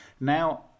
Now